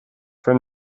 from